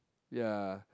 ya